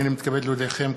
הנני מתכבד להודיעכם,